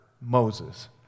Moses